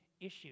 issues